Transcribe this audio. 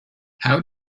how